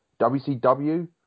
WCW